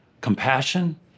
compassion